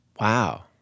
Wow